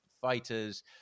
fighters